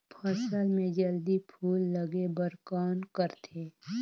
फसल मे जल्दी फूल लगे बर कौन करथे?